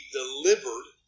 delivered